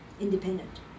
independent